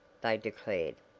they declared.